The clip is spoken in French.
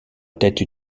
tête